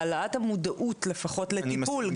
העלאת המודעות לפחות לטיפול,